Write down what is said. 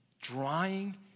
drying